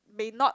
may not